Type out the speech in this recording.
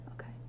Okay